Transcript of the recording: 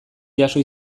jaso